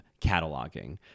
cataloging